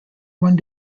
one